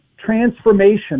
transformation